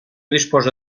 disposa